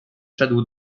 szedł